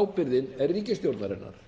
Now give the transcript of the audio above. Ábyrgðin er ríkisstjórnarinnar.